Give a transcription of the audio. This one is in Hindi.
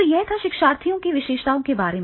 तो यह था शिक्षार्थियों विशेषताओं के बारे में